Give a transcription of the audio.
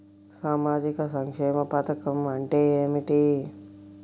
సామాజిక సంక్షేమ పథకం అంటే ఏమిటి?